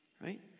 right